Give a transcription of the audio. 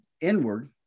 inward